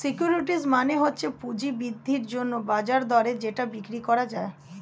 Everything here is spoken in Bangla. সিকিউরিটিজ মানে হচ্ছে পুঁজি বৃদ্ধির জন্যে বাজার দরে যেটা বিক্রি করা যায়